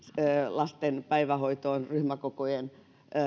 lasten päivähoitoon ryhmäkokojen